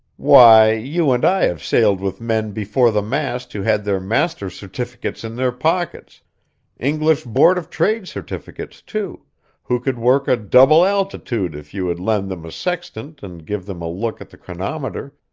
why, you and i have sailed with men before the mast who had their master's certificates in their pockets english board of trade certificates, too who could work a double altitude if you would lend them a sextant and give them a look at the chronometer,